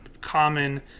common